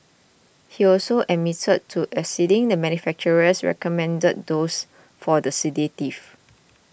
he also admitted to exceeding the manufacturer's recommended dosage for the sedative